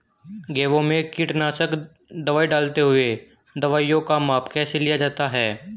गेहूँ में कीटनाशक दवाई डालते हुऐ दवाईयों का माप कैसे लिया जाता है?